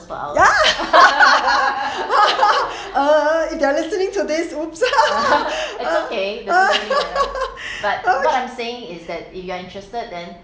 ya err if you are linking to this !oops!